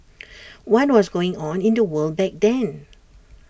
why was going on in the world back then